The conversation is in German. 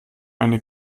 eine